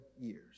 years